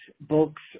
books